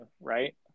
right